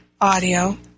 audio